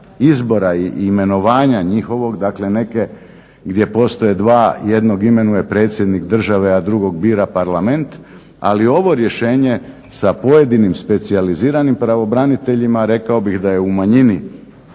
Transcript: izbora i imenovanja njihovog, dakle neke gdje postoje dva, jednog imenuje predsjednik države, a drugog bira Parlament. Ali ovo rješenje sa pojedinim specijaliziranim pravobraniteljima rekao bih da je u manjini